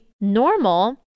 normal